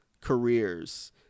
careers